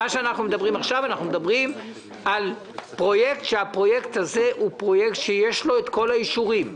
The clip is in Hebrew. עכשיו אנחנו מדברים על פרויקט שיש לו את כל האישורים.